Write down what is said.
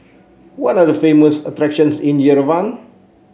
what are the famous attractions in Yerevan